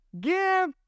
give